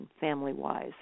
family-wise